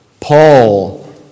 Paul